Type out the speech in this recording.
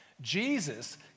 Jesus